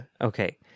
Okay